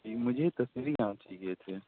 جی مجھے دسہری آم چاہیے تھے